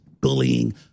bullying